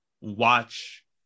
watch